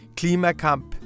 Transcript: klimakamp